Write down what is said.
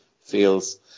feels